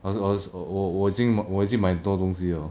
I was I was 我我我已经买我已经买多东西了